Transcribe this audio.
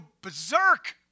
berserk